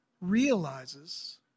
realizes